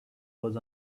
was